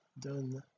done